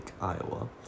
Iowa